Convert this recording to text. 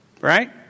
right